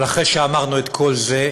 אבל אחרי שאמרנו את כל זה,